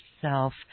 self